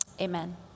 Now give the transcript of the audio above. amen